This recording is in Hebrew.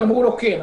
אמרו לו כן.